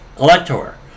elector